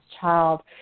child